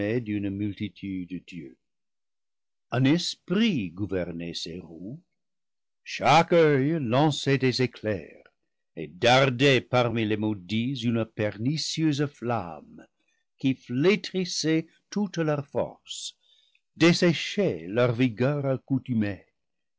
d'une multitude d'yeux un esprit gouvernait ses roues chaque oeil lançait des éclairs et dardait parmi les maudits une per nicieuse flamme qui flétrissait toute leur force desséchait leur vigueur accoutumée